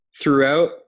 throughout